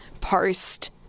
post